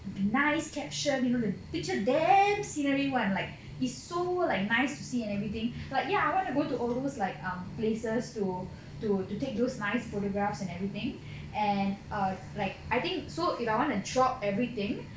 with a nice caption you know the picture damn scenery one like is so like nice to see and everything like ya I want to go to all those like um places to to to take those nice photographs and everything and err like I think so if I want to drop everything